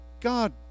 God